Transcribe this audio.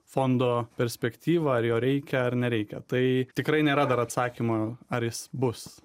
fondo perspektyvą ar jo reikia ar nereikia tai tikrai nėra dar atsakymo ar jis bus